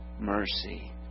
mercy